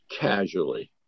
casually